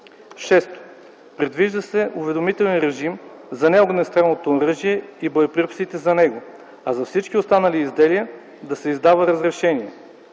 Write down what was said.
6. предвижда се уведомителен режим за неогнестрелното оръжие и боеприпасите за него, а за всички останали изделия – да се издава разрешение;